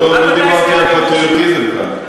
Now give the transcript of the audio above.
לא, לא דיברתי על פטריוטיזם כאן.